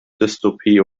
dystopie